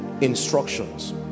Instructions